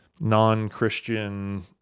non-Christian